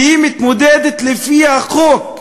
שהיא מתמודדת לפי החוק,